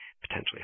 potentially